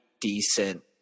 decent